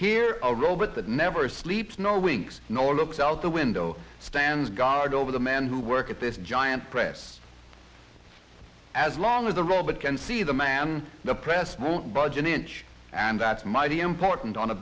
here a robot that never sleeps no winks no looks out the window stands guard over the men who work at this giant press as long as the robot can see the man the press don't budge an inch and that's mighty important on a